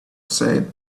said